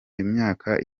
imyaka